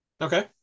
Okay